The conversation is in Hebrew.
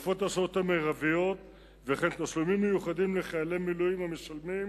תקופות השירות המרביות וכן תשלומים מיוחדים לחיילי מילואים המשולמים